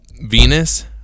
Venus